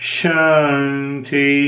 Shanti